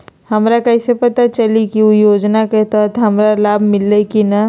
हमरा कैसे पता चली की उ योजना के तहत हमरा लाभ मिल्ले की न?